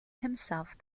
himself